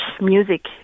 music